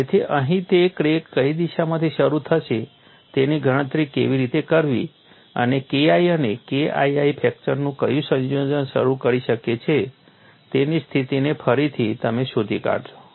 તેથી અહીં તે ક્રેક કઈ દિશામાંથી શરૂ થશે તેની ગણતરી કેવી રીતે કરવી અને KI અને KII ફ્રેક્ચરનું કયું સંયોજન શરૂ થઈ શકે છે તેની સ્થિતિને ફરીથી તમે શોધી કાઢશો